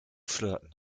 flirten